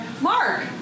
Mark